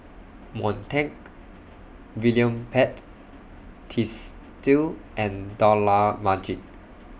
Montague William Pett Twisstii and Dollah Majid